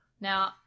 Now